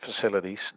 facilities